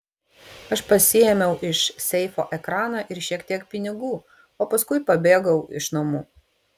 aš pasiėmiau iš seifo ekraną ir šiek tiek pinigų o paskui pabėgau iš namų